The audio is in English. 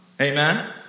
Amen